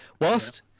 Whilst